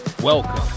Welcome